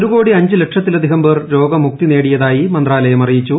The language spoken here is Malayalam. ഒരു കോടി അഞ്ച് ലക്ഷത്തിലധികം പേർ രോഗമുക്തി നേടിയതായി മന്ത്രാലയം അറിയിച്ചു